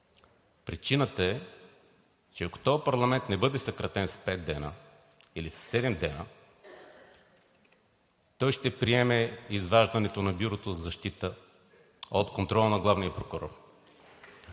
Причината е, че ако този парламент не бъде съкратен с пет дни, или със седем дни, той ще приеме изваждането на Бюрото за защита от контрола на главния прокурор.